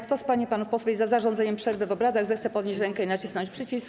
Kto z pań i panów posłów jest za zarządzeniem przerwy w obradach, zechce podnieść rękę i nacisnąć przycisk.